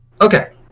Okay